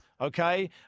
Okay